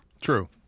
True